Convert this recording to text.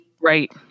Right